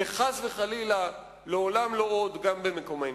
וחס וחלילה לעולם לא עוד גם במקומנו.